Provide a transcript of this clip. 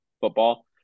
football